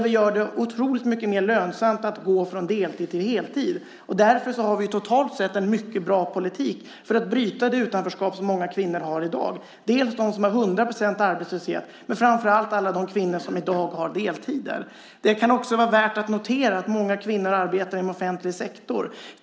Vi gör det otroligt mycket mer lönsamt att gå från deltid till heltid. Därför har vi totalt sett en mycket bra politik för att bryta det utanförskap som många kvinnor har i dag. Det gäller dem som har hundra procent arbetslöshet men framför allt alla de kvinnor som i dag har deltider. Det kan också vara värt att nämna att många kvinnor arbetar inom offentlig sektor.